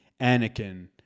Anakin